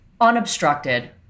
unobstructed